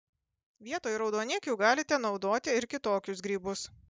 vietoj raudonikių galite naudoti ir kitokius grybus